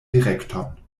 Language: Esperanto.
direkton